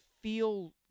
feel